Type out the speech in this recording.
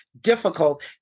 difficult